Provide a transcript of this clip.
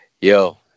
yo